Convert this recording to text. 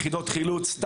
יחידות חילוץ,